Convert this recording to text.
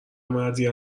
مردی